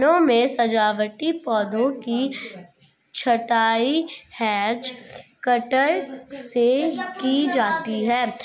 उद्यानों में सजावटी पौधों की छँटाई हैज कटर से की जाती है